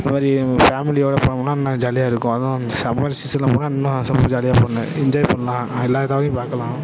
இதுமாதிரி ஃபேமிலியோடு போனோமுன்னால் இன்னும் ஜாலியாக இருக்கும் அதுவும் அந்த சம்மர் சீசனில் போனால் இன்னும் செமை ஜாலியாக ஃபன்னு என்ஜாய் பண்ணலாம் பார்க்கலாம்